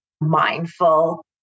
mindful